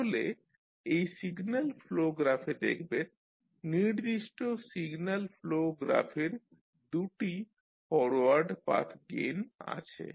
তাহলে এই signal flow গ্রাফে দেখবেন নির্দিষ্ট সিগন্যাল ফ্লো গ্রাফের 2 টি ফরওয়ার্ড পাথ গেইন আছে